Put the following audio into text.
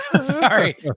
Sorry